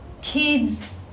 kids